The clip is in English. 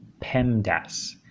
PEMDAS